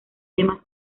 temas